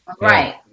Right